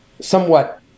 somewhat